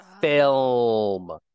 Film